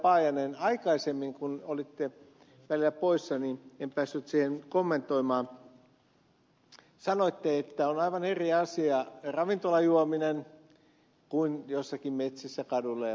paajanen aikaisemmin kun olitte välillä poissa niin en päässyt siihen kommentoimaan sanoitte että on aivan eri asia ravintolajuominen kuin joissakin metsissä kaduilla ja muualla juominen